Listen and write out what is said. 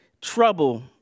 trouble